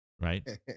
right